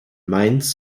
mainz